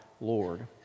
Lord